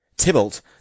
Tybalt